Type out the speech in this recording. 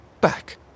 back